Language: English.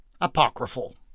apocryphal